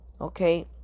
Okay